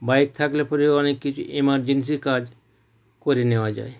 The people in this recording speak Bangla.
বাইক থাকলে পরে অনেক কিছু এমারজেন্সি কাজ করে নেওয়া যায়